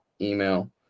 email